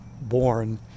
born